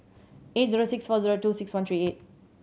eight zero six four zero two six one three eight